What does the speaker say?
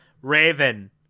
Raven